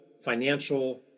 financial